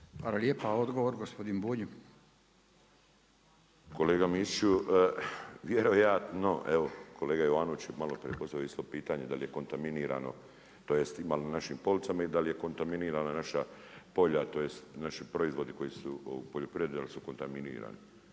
Bulj. **Bulj, Miro (MOST)** Kolega Mišiću, vjerojatno evo kolega Jovanović je maloprije postavio isto pitanje, da li je kontaminirano tj., ima li na našim policama i da li je kontaminirana naša polja tj., naši proizvodi koji su u poljoprivredi jesu li kontaminirani.